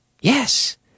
Yes